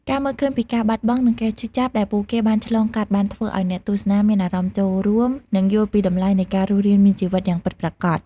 ការមើលឃើញពីការបាត់បង់ និងការឈឺចាប់ដែលពួកគេបានឆ្លងកាត់បានធ្វើឲ្យអ្នកទស្សនាមានអារម្មណ៍ចូលរួម និងយល់ពីតម្លៃនៃការរស់រានមានជីវិតយ៉ាងពិតប្រាកដ។